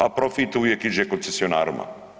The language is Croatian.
A profit uvijek ide koncesionarima.